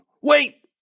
Wait